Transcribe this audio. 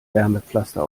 wärmepflaster